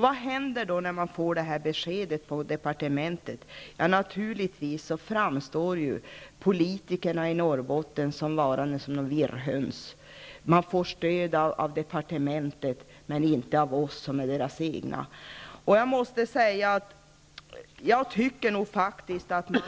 Vad händer då på departementet när det gäller det här beskedet? Ja, naturligtvis framstår politikerna i Norrbotten som, skulle jag vilja säga, virrhöns. Man får stöd av departementet men inte av oss, dvs. de egna. Jag tycker nog att man